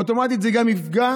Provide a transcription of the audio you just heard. אוטומטית זה גם יפגע